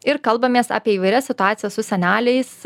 ir kalbamės apie įvairias situacijas su seneliais